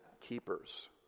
keepers